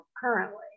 currently